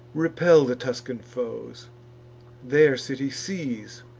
repel the tuscan foes their city seize